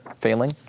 failing